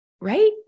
right